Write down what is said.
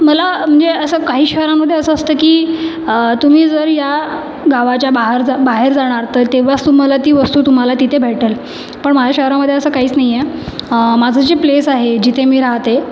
मला म्हणजे असं काही शहरामध्ये असं असतं की तुम्ही जर या गावाच्या बाहर जा बाहेर जाणार तर तेव्हाच तुम्हाला ती वस्तू तुम्हाला तिथे भेटेल पण माझ्या शहरामध्ये असं काहीच नाही आहे माझं जे प्लेस आहे जिथे मी राहते